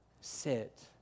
sit